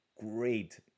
great